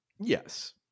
Yes